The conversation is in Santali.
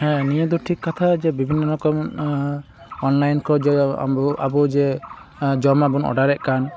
ᱦᱮᱸ ᱱᱤᱭᱟᱹᱫᱚ ᱴᱷᱤᱠ ᱠᱟᱛᱷᱟ ᱡᱮ ᱵᱤᱵᱷᱤᱱᱱᱚ ᱨᱚᱠᱚᱢ ᱚᱱᱞᱟᱭᱤᱱ ᱠᱷᱚᱡᱫᱚ ᱟᱵᱚ ᱡᱮ ᱡᱚᱢᱟᱜᱵᱚᱱ ᱚᱰᱟᱨᱮᱫ ᱠᱟᱱ